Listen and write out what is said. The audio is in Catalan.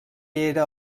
era